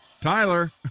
Tyler